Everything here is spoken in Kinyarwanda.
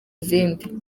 izindi